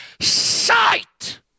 sight